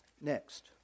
Next